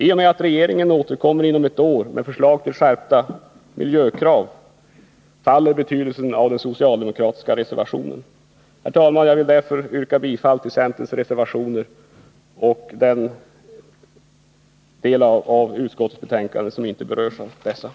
Eftersom regeringen återkommer inom ett år med förslag till skärpta miljökrav, mister den socialdemokratiska reservationen sin betydelse. Herr talman! Jag yrkar bifall till centerns reservationer och i övrigt till utskottets hemställan.